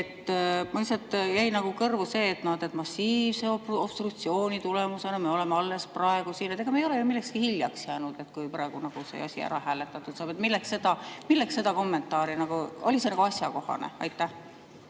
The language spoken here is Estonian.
Lihtsalt jäi nagu kõrvu see, et massiivse obstruktsiooni tulemusena me oleme alles praegu siin. Ega me ei ole ju millekski hiljaks jäänud, kui praegu see asi ära hääletatud saab? Milleks see kommentaar, oli see nagu asjakohane? Aitäh,